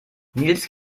nils